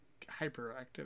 hyperactive